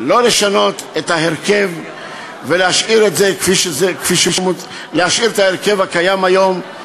לא לשנות את ההרכב ולהשאיר את ההרכב הקיים היום.